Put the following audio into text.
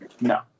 no